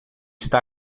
está